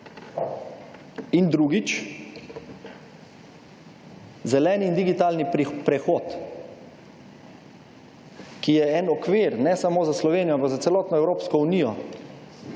In drugič. Zeleni in digitalni prehod, ki je en okvir, ne samo za Slovenijo, ampak za celotno Evropsko unijo.